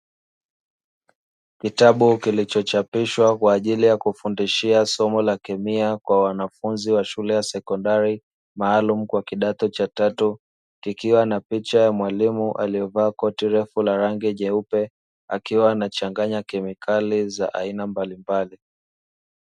Kitabu kilichochapishwa, kwa ajili ya kufundishia somo la kemia kwa wanafunzi wa shule ya sekondari, maalumu kwa kidato cha tatu. Kikiwa na picha ya mwalimu aliyevaa koti la rangi nyeupe, akiwa anachanganya kemikali za aina mbalimbali.